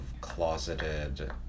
closeted